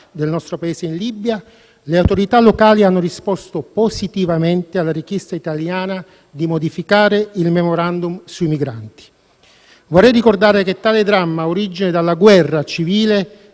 del nostro Paese in Libia, le autorità locali hanno risposto positivamente alla richiesta italiana di modificare il *memorandum* sui migranti. Vorrei ricordare che tale dramma ha origine dalla guerra civile